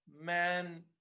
man